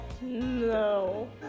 No